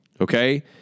okay